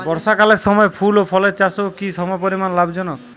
বর্ষাকালের সময় ফুল ও ফলের চাষও কি সমপরিমাণ লাভজনক?